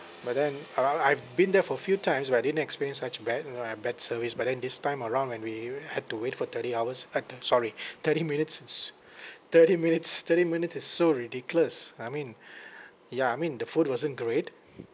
but then I I've been there for few times but I didn't experience such bad you know uh bad service but then this time around when we had to wait for thirty hours uh t~ sorry thirty minutes s~ thirty minutes thirty minutes is so ridiculous I mean ya I mean the food wasn't great